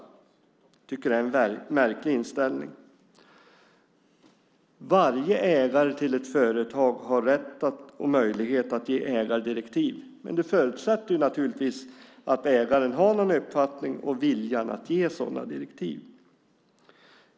Jag tycker att det är en märklig inställning. Varje ägare till ett företag har rätt och möjlighet att ge ägardirektiv. Men det förutsätter naturligtvis att ägaren har någon uppfattning och viljan att ge sådana direktiv.